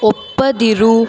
ಒಪ್ಪದಿರು